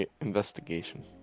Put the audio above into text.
investigation